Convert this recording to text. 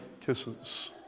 kisses